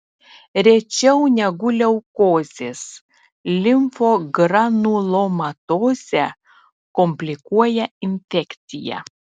rečiau negu leukozės limfogranulomatozę komplikuoja infekcija